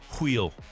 wheel